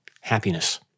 happiness